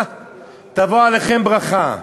תבוא עליכם ברכה.